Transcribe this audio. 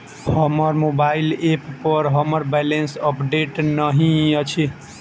हमर mobile app पर हमर बैलेंस अपडेट नहि अछि